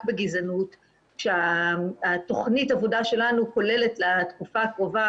בגזענות כשתוכנית העבודה שלנו כוללת לתקופה הקרובה,